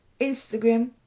Instagram